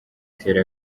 tel